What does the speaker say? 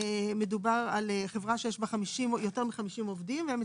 מדובר בחברה שיש בה יותר מ-50 עובדים והם